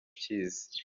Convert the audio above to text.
akizi